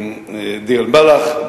דיר-אל-בלח,